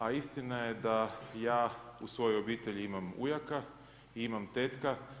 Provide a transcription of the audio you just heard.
A istina je da ja u svojoj obitelji imam ujaka i imam tetka.